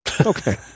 Okay